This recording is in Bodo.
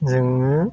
जोङो